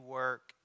work